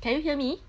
can you hear me